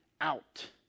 out